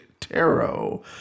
Tarot